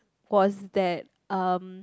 was that um